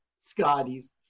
Scotty's